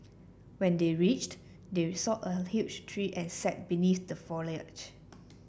when they reached they saw a huge tree and sat beneath the foliage